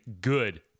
good